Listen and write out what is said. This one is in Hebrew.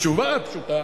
והתשובה הפשוטה